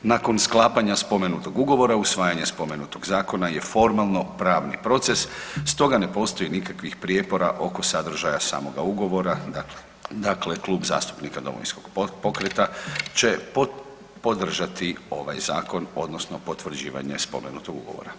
Nakon sklapanja spomenutog ugovora, usvajanjem spomenutog zakona je formalno pravni proces, stoga ne postoji nikakvih prijepora oko sadržaja samoga ugovora, dakle Klub zastupnika Domovinskog pokreta će podržati ovaj zakon odnosno potvrđivanje spomenutog ugovora.